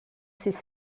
sis